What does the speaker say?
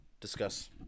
discuss